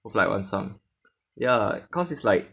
both like 晚上 ya cause it's like